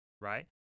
right